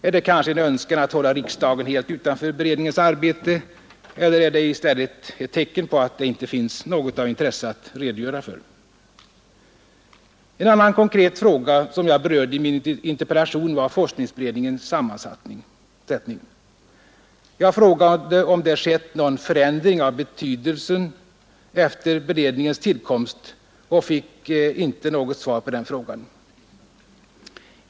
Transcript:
Är det kanske en önskan att hålla riksdagen helt utanför beredningens arbete, eller är det i stället ett tecken på att det inte finns något av intresse att redogöra för? En annan konkret fråga som jag berörde i min interpellation var forskningsberedningens sammansättning. Jag frågade om det skett någon förändring av betydelse efter beredningens tillkomst och fick inte något svar på den frågan.